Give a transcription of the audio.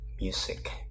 music